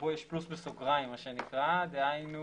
שבו יש פלוס בסוגריים, כפי שזה נקרא, דהיינו